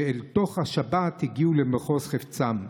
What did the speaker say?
שאל תוך השבת הגיעו למחוז חפצם.